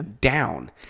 down